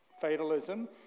fatalism